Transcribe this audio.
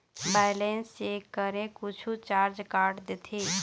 Balance check करें कुछू charge काट देथे?